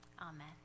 Amen